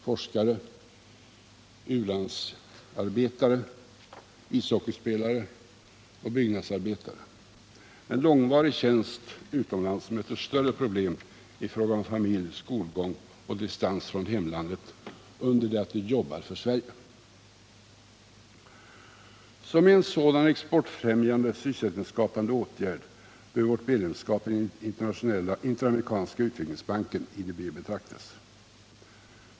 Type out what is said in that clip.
forskare, u-landsarbetare, ishockeyspelare och byggnadsarbetare är en sak, men de som har en långvarig tjänst utomlands möter stora problem i fråga om familjeliv, barnens skolgång och distans från hemlandet under det att de jobbar för Sverige. Som en exportfrämjande och sysselsättningsskapande åtgärd bör också vårt medlemskap i den interamerikanska utvecklingsbanken betraktas.